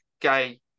gay